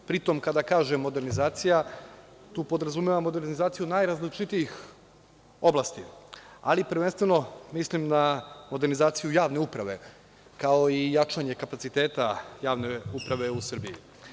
Pritom kada kažem modernizacija, tu podrazumevam modernizaciju najrazličitijih oblasti, ali prvenstveno, mislim na modernizaciju javne uprave, kao i jačanje kapaciteta javne uprave u Srbiji.